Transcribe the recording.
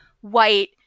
white